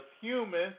human